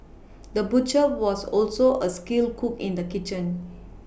the butcher was also a skilled cook in the kitchen